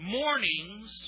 mornings